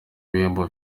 ibihembo